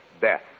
Death